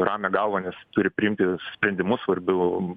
ramią galvą nes turi priimti sprendimus svarbiu